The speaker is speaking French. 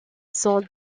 sont